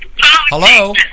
Hello